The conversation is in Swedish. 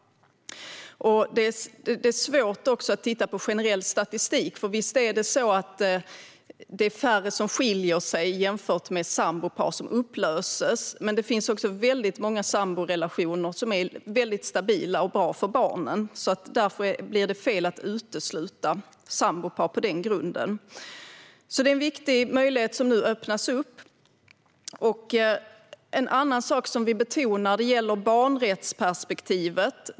Det är svårt att titta på generell statistik, för visst är det så att det är färre som skiljer sig jämfört med sambopar som upplöses. Men det finns också väldigt många samborelationer som är väldigt stabila och bra för barnen, och därför blir det fel att utesluta sambopar på den grunden. Det är alltså en viktig möjlighet som nu öppnas upp. En annan sak vi betonar är barnrättsperspektivet.